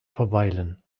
verweilen